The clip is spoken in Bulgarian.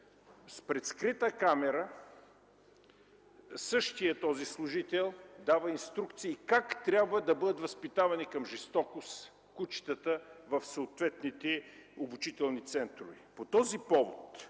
Пред скрита камера същият този служител дава инструкции как трябва да бъдат възпитавани към жестокост кучетата в съответните обучителни центрове. По този повод,